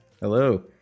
Hello